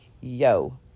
yo